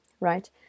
right